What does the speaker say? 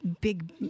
big